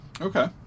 Okay